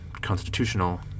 constitutional